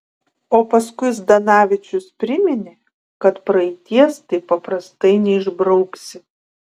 o paskui zdanavičius priminė kad praeities taip paprastai neišbrauksi